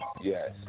Yes